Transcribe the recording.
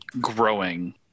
growing